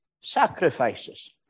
sacrifices